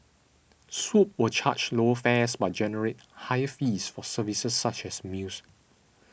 Swoop will charge lower fares but generate higher fees for services such as meals